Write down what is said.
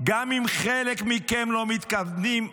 גם אם חלק מכם לא מתכוונים,